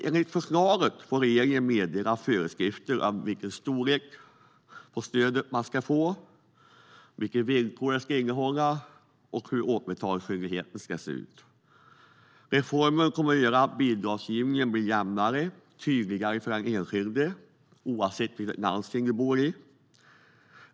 Enligt förslaget får regeringen meddela föreskrifter om stödets storlek och villkor och hur återbetalningsskyldigheten ska se ut. Reformen kommer att göra bidragsgivningen jämnare och tydligare för den enskilde, oavsett landsting.